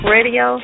Radio